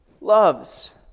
loves